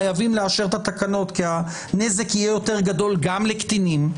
חייבים לאשר את התקנות כי הנזק יהיה יותר גדול גם לקטינים,